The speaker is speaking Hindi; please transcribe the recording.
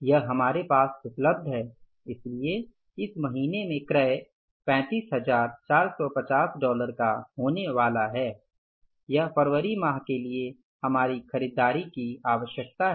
यह हमारे पास उपलब्ध है इसलिए इस महीने में क्रय 35450 डॉलर का होने वाला है यह फरवरी माह के लिए हमारी खरीदारी की आवश्यकता है